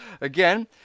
again